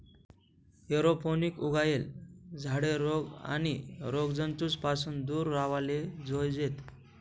aeroponic उगायेल झाडे रोग आणि रोगजंतूस पासून दूर राव्हाले जोयजेत